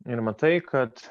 ir matai kad